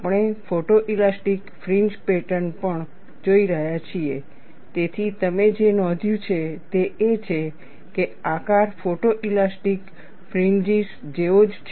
આપણે photoelastic fringe pattern પણ જોઈ રહ્યા છીએ તેથી તમે જે નોંધ્યું છે તે એ છે કે આકાર ફોટોઇલાસ્ટિક ફ્રિન્જિસ જેવો જ છે